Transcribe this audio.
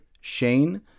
SHANE